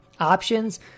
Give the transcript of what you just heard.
options